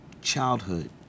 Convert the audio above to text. childhood